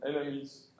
enemies